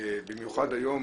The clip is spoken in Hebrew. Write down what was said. במיוחד היום